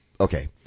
Okay